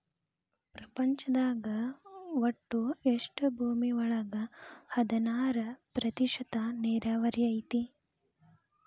ಪ್ರಪಂಚದಾಗ ಒಟ್ಟು ಕೃಷಿ ಭೂಮಿ ಒಳಗ ಹದನಾರ ಪ್ರತಿಶತಾ ನೇರಾವರಿ ಐತಿ